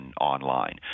online